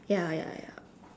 ya ya ya